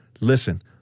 Listen